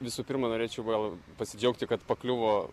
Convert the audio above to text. visų pirma norėčiau gal pasidžiaugti kad pakliuvo